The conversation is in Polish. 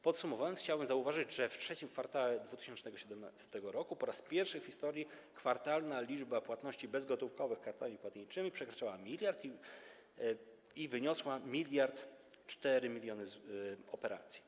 Podsumowując, chciałbym zauważyć, że w III kwartale 2017 r. po raz pierwszy w historii kwartalna liczba płatności bezgotówkowych kartami płatniczymi przekraczała miliard i wyniosła 1004 mln operacji.